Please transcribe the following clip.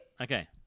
Okay